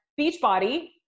Beachbody